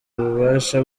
ububasha